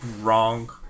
wrong